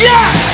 Yes